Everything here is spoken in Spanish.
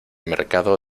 mercado